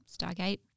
Stargate